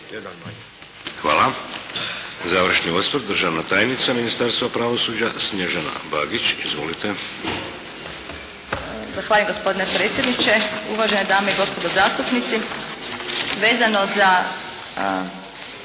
Hvala. Završni osvrt državna tajnica ministarstva pravosuđa Snježana BAgić. Izvolite. **Bagić, Snježana** Zahvaljujem gospodine predsjedniče, uvažene dame i gospodo zastupnici.